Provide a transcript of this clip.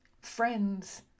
Friends